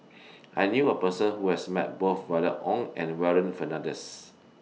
I knew A Person Who has Met Both Violet Oon and Warren Fernandez